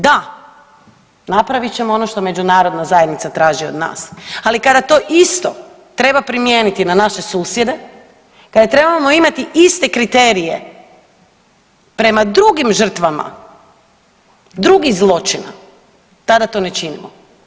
Da, napravit ćemo ono što Međunarodna zajednica traži od nas, ali kada to isto treba primijeniti na naše susjede, kada trebamo imati iste kriterije prema drugim žrtvama, drugih zločina tada to ne činimo.